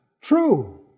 true